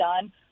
done